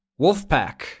Wolfpack